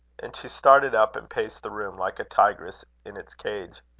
and she started up and paced the room like a tigress in its cage.